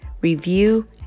review